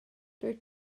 dwyt